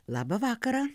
labą vakarą